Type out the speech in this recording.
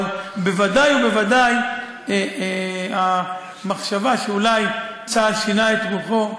אבל בוודאי ובוודאי המחשבה שאולי צה"ל שינה את רוחו,